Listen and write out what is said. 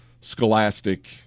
scholastic